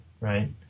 right